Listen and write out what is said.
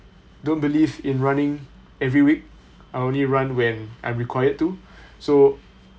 don't believe in running every week I only run when I'm required to so